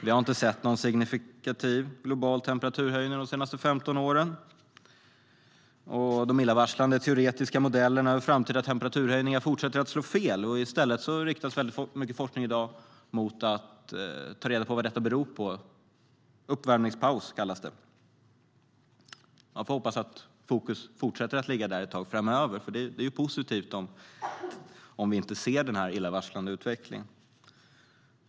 Vi har inte sett någon signifikativ global temperaturhöjning de senaste 15 åren, och de illavarslande teoretiska modellerna över framtida temperaturhöjningar fortsätter att slå fel. I stället riktas väldigt mycket forskning i dag mot att ta reda på vad detta beror på. Uppvärmningspaus kallas det. Man får hoppas att fokus fortsätter att ligga där ett tag framöver, för det är positivt om vi inte ser den här illavarslande utvecklingen.